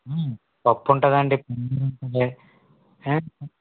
పప్పు ఉంటుందండి